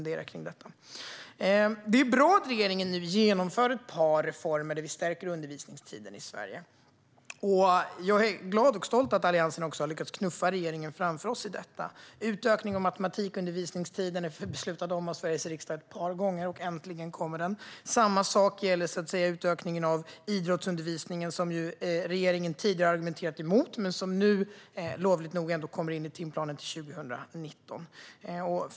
Det är bra att regeringen nu genomför ett par reformer där vi stärker undervisningstiden i Sverige. Jag är glad och stolt över att Alliansen också har lyckats knuffa regeringen framför sig i detta. Utökningen av matematikundervisningstiden har riksdagen beslutat om ett par gånger. Äntligen kommer den. Samma sak gäller utökningen av idrottsundervisningen, som regeringen ju tidigare har argumenterat emot men som nu kommer in i timplanen till 2019.